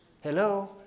Hello